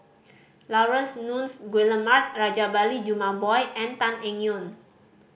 Laurence Nunns Guillemard Rajabali Jumabhoy and Tan Eng Yoon